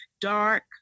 dark